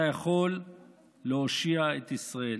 אתה יכול להושיע את ישראל.